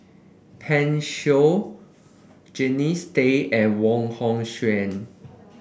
Pan Shou Jannie Tay and Wong Hong Suen